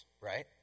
right